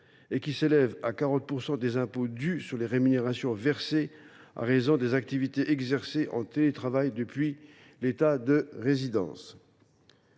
net – s’élevant à 40 % des impôts dus sur les rémunérations versées à raison des activités exercées en télétravail depuis l’État de résidence.